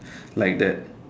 like that